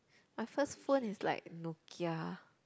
my first phone is like Nokia